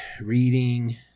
Reading